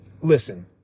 Listen